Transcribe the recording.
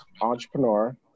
entrepreneur